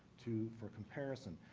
too, for comparison.